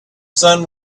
sun